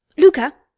louka!